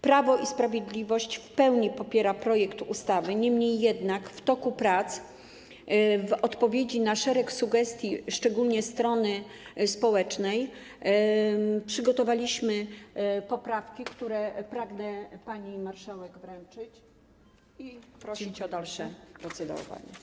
Prawo i Sprawiedliwość w pełni popiera projekt ustawy, niemniej jednak w toku prac w odpowiedzi na szereg sugestii, szczególnie strony społecznej, przygotowaliśmy poprawki, które pragnę pani marszałek wręczyć i prosić o dalsze procedowanie.